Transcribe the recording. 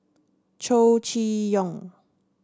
Chow Chee Yong